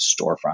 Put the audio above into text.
storefront